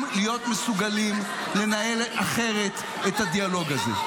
להיות מסוגלים לנהל אחרת את הדיאלוג הזה.